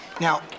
Now